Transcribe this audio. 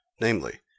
namely